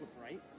right